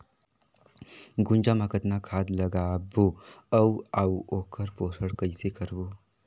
गुनजा मा कतना खाद लगाबो अउ आऊ ओकर पोषण कइसे करबो?